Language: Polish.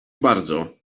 bardzo